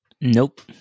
nope